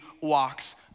walks